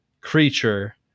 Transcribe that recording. creature